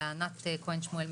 לענת כהן שמואל,